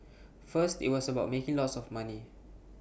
first IT was about making lots of money